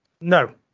No